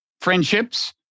friendships